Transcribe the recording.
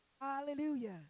Hallelujah